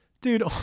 dude